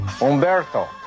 Umberto